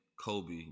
Kobe